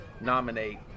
nominate